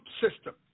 system